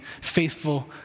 faithful